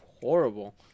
horrible